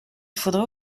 faudrait